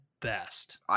best